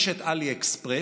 יש את עלי אקספרס,